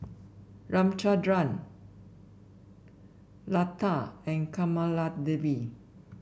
Ramchundra Lata and Kamaladevi